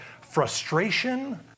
frustration